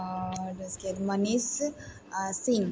आओर इसके मनीष सिंह